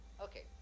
Okay